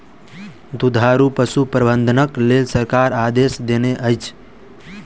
दुधारू पशु प्रबंधनक लेल सरकार आदेश देनै अछि